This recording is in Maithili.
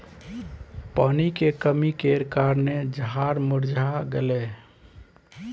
पानी के कमी केर कारणेँ झाड़ मुरझा गेलै